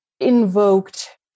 invoked